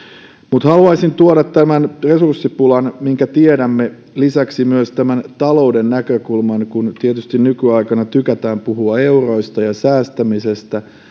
mutta haluaisin tuoda tämän resurssipulan lisäksi minkä tiedämme myös tämän talouden näkökulman kun tietysti nykyaikana tykätään puhua euroista ja säästämisestä